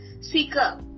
seeker